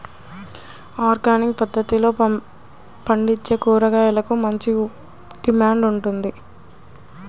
organic పద్దతిలో పండించే కూరగాయలకు మంచి డిమాండ్ ఉంది